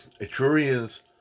Etrurians